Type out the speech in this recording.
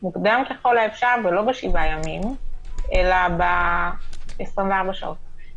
מוקדם ככל האפשר, ולא בשבעה ימים אלא ב-24 שעות.